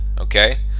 okay